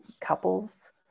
Couples